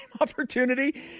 opportunity